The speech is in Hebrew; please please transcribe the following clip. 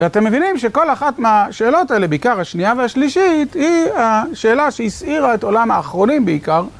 ואתם מבינים שכל אחת מהשאלות האלה בעיקר השנייה והשלישית היא השאלה שהסעירה את עולם האחרונים בעיקר.